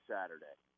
Saturday